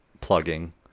plugging